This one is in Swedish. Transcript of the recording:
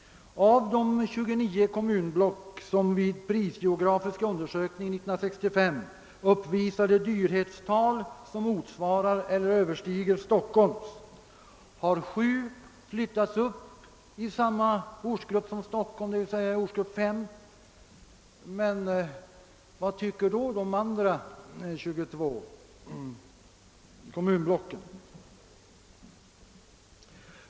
Av de 29 kommunblock som vid prisgeografisk undersökning 1965 uppvisade dyrhetstal som motsvarade eller översteg Stockholms har 7 flyttats upp i samma orts grupp som Stockholm, d. v. s. ortsgrupp 5. Men vad tycker då de andra 22 kommunblocken?